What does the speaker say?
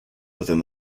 within